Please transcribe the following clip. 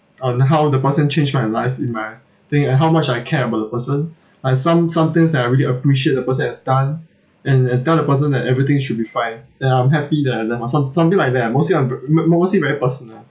on how the person change my life in my think and how much I care about the person like some some things that I really appreciate the person has done and and tell the person that everything should be fine that I'm happy they are there some~ something like that ah mostly on mo~ mostly very personal